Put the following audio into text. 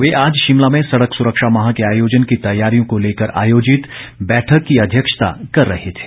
वे आज शिमला में सड़क सुरक्षा माह के आयोजन की तैयारियों को लेकर आयोजित बैठक की अध्यक्षता कर रहे थे